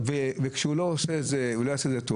כשהוא לא יעשה את זה טוב,